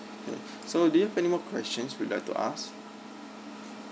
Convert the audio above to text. mm so do you have any more questions you'd like to ask